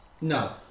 No